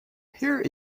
here